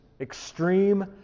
extreme